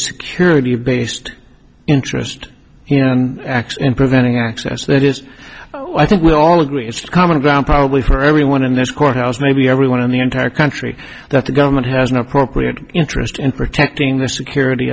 security based interest you know and acts in preventing access that is i think we all agree it's common ground probably her everyone in this courthouse maybe everyone in the entire country that the government has an appropriate interest in protecting the security